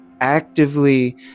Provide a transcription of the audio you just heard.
actively